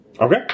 Okay